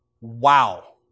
Wow